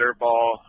dirtball